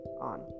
on